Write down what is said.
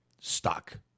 stock